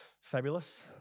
Fabulous